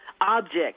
objects